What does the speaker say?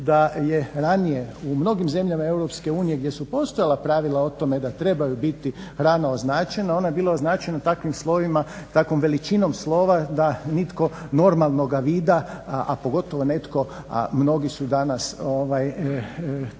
da je ranije u mnogim zemljama Europske unije gdje su postojala pravila o tome da trebaju biti ravno označena, ona je bila označena takvim slovima, takvom veličinom slova da nitko normalnoga vida a pogotovo netko a mnogi su danas